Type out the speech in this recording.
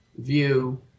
view